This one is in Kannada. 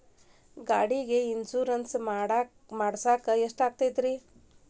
ಗಾಡಿಗೆ ಇನ್ಶೂರೆನ್ಸ್ ಮಾಡಸಾಕ ಎಷ್ಟಾಗತೈತ್ರಿ?